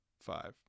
five